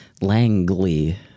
Langley